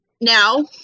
Now